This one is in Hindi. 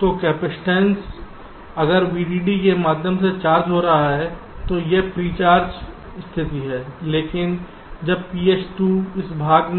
तो कैपइसटेंस अगर VDD के माध्यम से चार्ज हो रही है तो यह प्री चार्ज स्थिति है लेकिन जब phi 2 इस भाग